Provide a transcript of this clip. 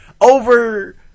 over